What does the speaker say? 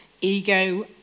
ego